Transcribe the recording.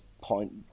point